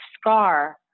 scar